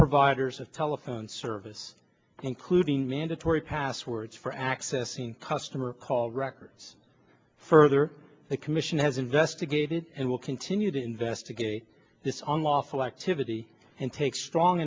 providers of telephone service including mandatory passwords for accessing customer call records further the commission has investigated and will continue to investigate this on lawful activity and take strong